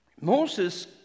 Moses